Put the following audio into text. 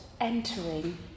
entering